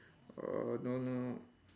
uh no no